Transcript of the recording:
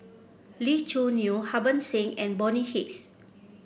Lee Choo Neo Harbans Singh and Bonny Hicks